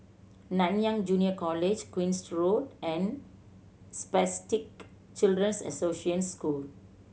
Nanyang Junior College Queen's Road and Spastic Children's Association School